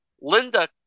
Linda